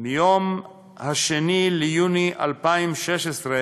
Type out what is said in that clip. מיום 2 ביוני 2016,